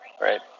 right